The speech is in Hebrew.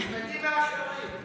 תלמדי מאחרים.